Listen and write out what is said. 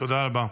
תודה רבה.